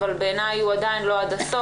אבל הוא עדיין לא שינוי עד הסוף.